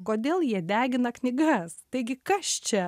kodėl jie degina knygas taigi kas čia